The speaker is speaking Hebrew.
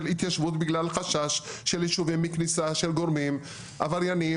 התיישבות בגלל חשש של ישובים מכניסה של גורמים עבריינים